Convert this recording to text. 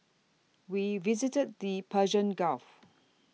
we visited the Persian Gulf